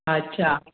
अच्छा